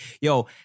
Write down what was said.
yo